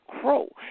Crow